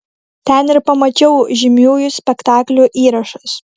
ten ir pamačiau žymiųjų spektaklių įrašus